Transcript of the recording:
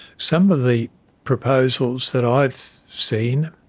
some of the proposals that i've seen,